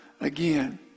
again